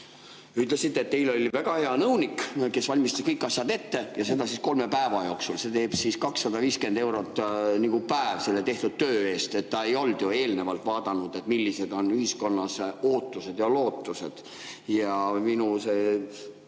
ütlesite, et teil oli väga hea nõunik, kes valmistas kõik asjad ette, ja seda kolme päeva jooksul. See teeb 250 eurot päev selle tehtud töö eest. Ta ei olnud ju eelnevalt vaadanud, millised on ühiskonna ootused ja lootused. Ja minu teine